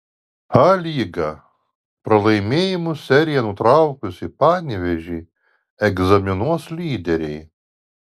a lyga pralaimėjimų seriją nutraukusį panevėžį egzaminuos lyderiai